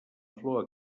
flor